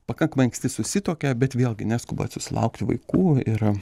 pakankamai anksti susituokia bet vėlgi neskuba susilaukti vaikų ir